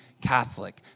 Catholic